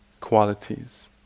qualities